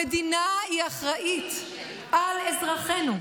המדינה אחראית לאזרחינו.